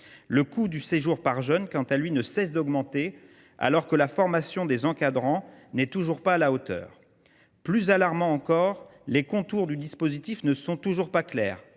Le coût par jeune du séjour, quant à lui, ne cesse d’augmenter, alors que la formation des encadrants n’est toujours pas à la hauteur. Plus alarmant encore, les contours du dispositif ne sont toujours pas clairs